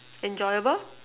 enjoyable